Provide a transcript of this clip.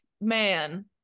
man